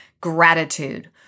gratitude